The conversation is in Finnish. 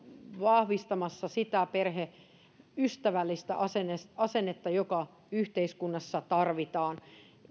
vahvistamassa sitä perheystävällistä asennetta asennetta jota yhteiskunnassa tarvitaan